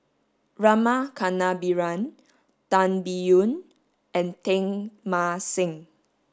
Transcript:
Rama Kannabiran Tan Biyun and Teng Mah Seng